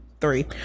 three